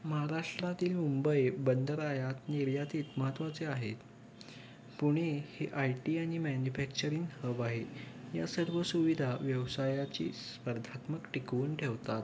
महाराष्ट्रातील मुंबई बंदारात निर्यातित महत्त्वाचे आहेत पुणे हे आय टी आणि मॅन्युफॅक्चरिंग हब आहे या सर्व सुविधा व्यवसायाची स्पर्धात्मक टिकवून ठेवतात